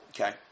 okay